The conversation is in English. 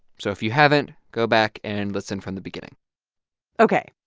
so if you haven't, go back and listen from the beginning ok